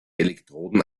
elektroden